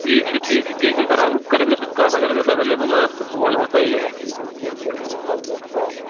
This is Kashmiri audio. ٹھیٖک چھُ ٹھیٖک چھُ کِہیٖنۍ چھِنہٕ پَرواے وَلہٕ بہٕ کَرٕ أمِس سۭتۍ کَتھ اگر أمِس اٮ۪ولیبٕل ٲس تہٕ بہٕ وَنہو تۄہہِ زٕ ژور گاڑِ زٕ پانٛژھ گاڑِ ترٛاوَو